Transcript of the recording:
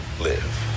live